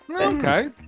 Okay